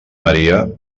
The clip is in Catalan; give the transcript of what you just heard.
maria